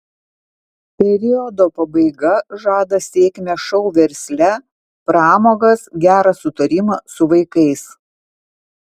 periodo pabaiga žada sėkmę šou versle pramogas gerą sutarimą su vaikais